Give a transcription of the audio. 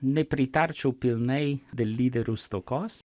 nepritarčiau pilnai dėl lyderių stokos